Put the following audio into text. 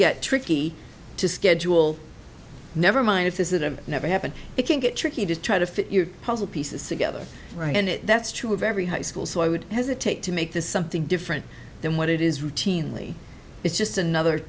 get tricky to schedule never mind it is that it never happens it can get tricky to try to fit your puzzle pieces together right and that's true of every high school so i would hesitate to make this something different than what it is routinely it's just another